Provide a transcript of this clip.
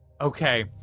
Okay